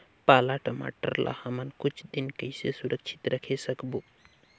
पाला टमाटर ला हमन कुछ दिन कइसे सुरक्षित रखे सकबो?